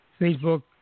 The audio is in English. Facebook